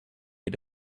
had